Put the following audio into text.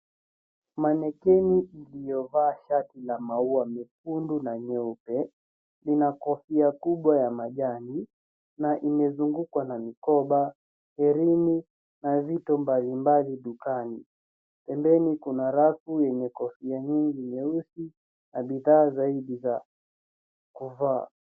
Manequinn iliyovaa shati la maua mekundu na meupe. Lina kofia nyekundu na majani na imezungukwa na mikoba, herini na vitu mbalimbali dukani. Pembeni kuna rafu yenye kofia nyeusi na bidhaa zaidi za kuvaa.